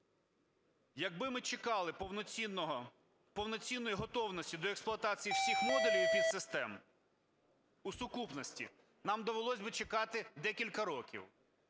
Якби ми чекали повноцінної готовності до експлуатації всіх модулів і підсистем у сукупності, нам довелося би чекати декілька років.